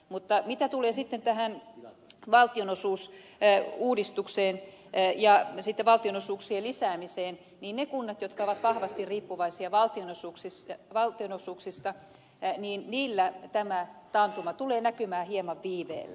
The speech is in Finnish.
mutta mitä tulee sitten valtionosuusuudistukseen ja valtionosuuksien lisäämiseen niin niissä kunnissa jotka ovat vahvasti riippuvaisia valtionosuuksista tämä taantuma tulee näkymään hieman viiveellä